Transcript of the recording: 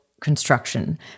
construction